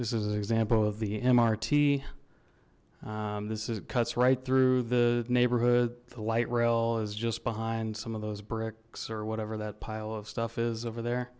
this is an example of the mrt this is cuts right through the neighborhood the light rail is just behind some of those bricks or whatever that pile of stuff is over there